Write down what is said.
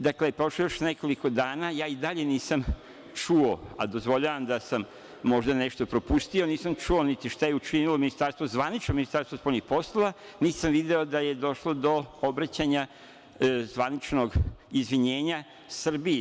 Dakle, prošlo je već nekoliko dana, a ja i dalje nisam čuo, a dozvoljavam da sam možda nešto propustio, nisam čuo niti šta je učinilo Ministarstvo zvanično, Ministarstvo spoljnih poslova, niti sam video da je došlo do obraćanja i zvaničnog izvinjenja Srbiji.